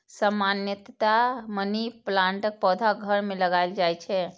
सामान्यतया मनी प्लांटक पौधा घर मे लगाएल जाइ छै